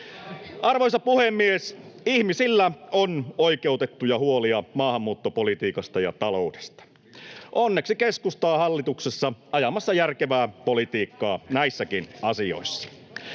Arvoisa puhemies! Ihmisillä on oikeutettuja huolia maahanmuuttopolitiikasta ja taloudesta. Onneksi keskusta on hallituksessa ajamassa järkevää politiikkaa näissäkin asioissa.